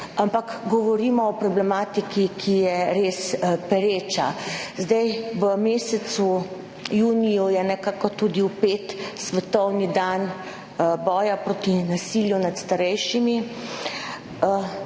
Ampak govorimo o problematiki, ki je res pereča. V mesec junij je nekako vpet tudi svetovni dan boja proti nasilju nad starejšimi.